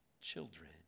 children